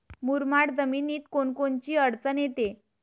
मुरमाड जमीनीत कोनकोनची अडचन येते?